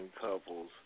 couples